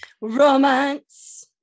romance